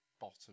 bottom